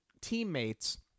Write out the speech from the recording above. teammates